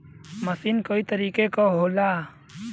मसीन कई तरीके क होला